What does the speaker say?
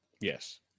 Yes